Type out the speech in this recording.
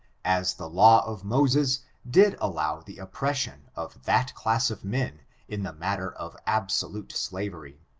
as the law of moses did allow of the oppression of that class of men in the matter of absolute slavery.